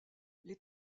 les